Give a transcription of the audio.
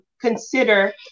consider